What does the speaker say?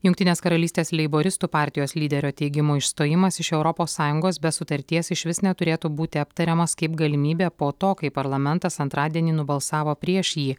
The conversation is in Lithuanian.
jungtinės karalystės leiboristų partijos lyderio teigimu išstojimas iš europos sąjungos be sutarties išvis neturėtų būti aptariamas kaip galimybė po to kai parlamentas antradienį nubalsavo prieš jį